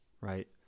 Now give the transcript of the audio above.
right